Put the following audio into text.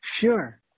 Sure